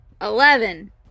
Eleven